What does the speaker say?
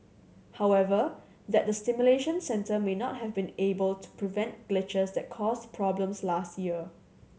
however that the simulation centre may not have been able to prevent glitches that caused problems last year